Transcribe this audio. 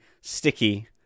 sticky